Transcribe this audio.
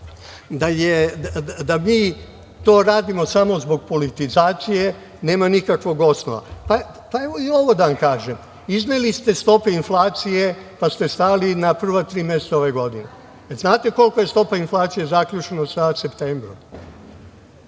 da mi to radimo samo zbog politizacije nema nikakvog osnova.I ovo da vam kažem, izneli ste stope inflacije, pa ste stali na prva tri mesta ove godine. Da li znate kolika je stopa inflacije zaključno sa septembrom?